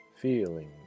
feeling